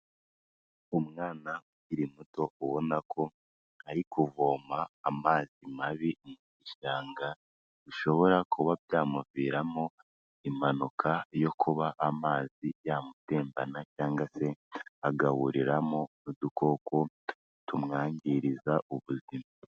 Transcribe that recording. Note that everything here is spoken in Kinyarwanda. Umwana ukiri muto ubona ko ari kuvoma amazi mabi mu bishanga bishobora kuba byamuviramo impanuka yo kuba amazi yamutembana cyangwa se agahuriramo n'udukoko tumwangiriza ubuzima.